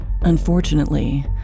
Unfortunately